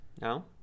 No